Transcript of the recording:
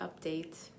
update